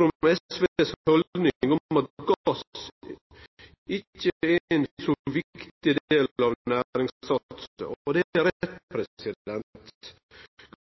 om SVs haldning om at gass ikkje er ein så viktig del av næringssatsinga, og det er rett.